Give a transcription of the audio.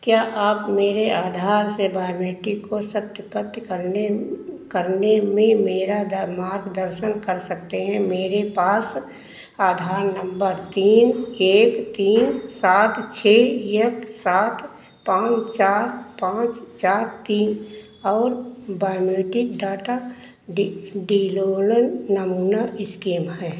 क्या आप मेरे आधार के बारमेटरिक को सत्यापित करने करने में मेरा मार्गदर्शन कर सकते हैं मेरे पास आधार नंबर तीन एक तीन सात छः एक सात पाँच चार पाँच चार तीन और बायोमेटिक डाटा नमूना इसकेम है